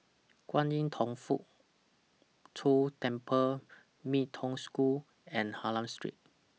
Kwan Im Thong Hood Cho Temple Mee Toh School and Hylam Street